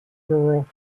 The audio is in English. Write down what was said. girl